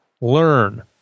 learn